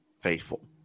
faithful